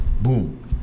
boom